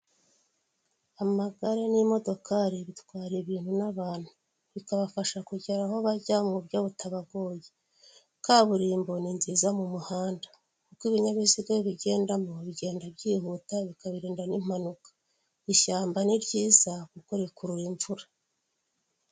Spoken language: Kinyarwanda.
Inzu mberabyombi ikorerwamo inama, hakaba harimo haraberamo inama y'abantu benshi batandukanye, bicaye ku ntebe z'imikara bazengurutse, n'abandi bicaye ku ntebe z'imikara inyuma yabo hari imeza imwe ifite ibara ry'umutuku kuri ayo meza harihoho amatelefone n'amamikoro yo kuvugiramo.